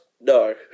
No